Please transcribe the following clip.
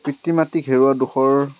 পিতৃ মাতৃক হেৰুৱা দুখৰ